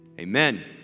Amen